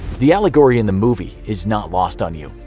the allegory in the movie is not lost on you,